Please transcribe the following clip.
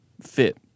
fit